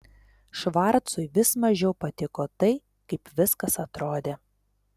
švarcui vis mažiau patiko tai kaip viskas atrodė